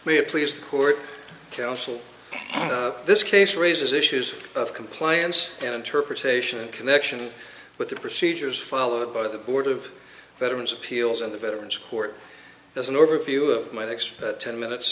the court counsel this case raises issues of compliance and interpretation and connection with the procedures followed by the board of veterans appeals and the veterans court has an overview of my text ten minutes